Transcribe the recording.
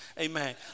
Amen